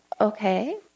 okay